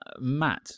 Matt